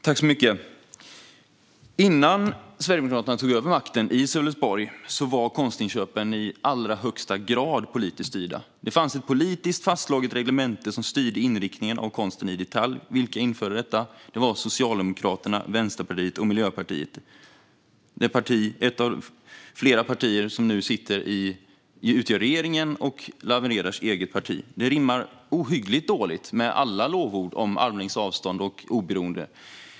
Fru talman! Innan Sverigedemokraterna tog över makten i Sölvesborg var konstinköpen i allra högsta grad politiskt styrda. Det fanns ett politiskt fastslaget reglemente som styrde inriktningen av konsten i detalj. Vilka införde detta? Det var Socialdemokraterna, Vänsterpartiet och Miljöpartiet. Ett par av dessa partier sitter nu i regeringen, inklusive Lawen Redars eget parti. Detta rimmar ohyggligt dåligt med alla lovord om armlängds avstånd och oberoende.